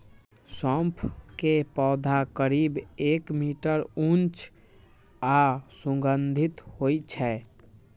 सौंफ के पौधा करीब एक मीटर ऊंच आ सुगंधित होइ छै